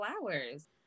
flowers